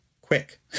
quick